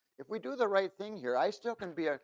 if we do the right thing here, i still can be, ah